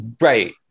Right